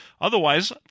Otherwise